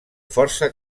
força